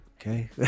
Okay